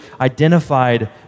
identified